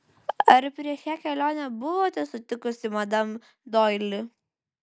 ar prieš šią kelionę buvote sutikusi madam doili